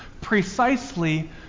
precisely